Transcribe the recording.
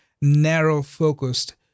narrow-focused